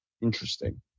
interesting